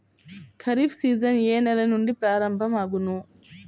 Kharif season ఏ నెల నుండి ప్రారంభం అగును?